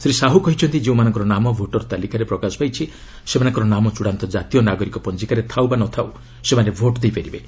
ଶ୍ରୀ ସାହୁ କହିଛନ୍ତି ଯେଉଁମାନଙ୍କର ନାମ ଭୋଟର୍ ତାଲିକାରେ ପ୍ରକାଶ ପାଇଛି ସେମାନଙ୍କର ନାମ ଚଡ଼ାନ୍ତ ଜାତୀୟ ନାଗରିକ ପଞ୍ଜିକାରେ ଥାଉ ବା ନ ଥାଉ ସେମାନେ ଭୋଟ୍ ଦେଇପାରିବେ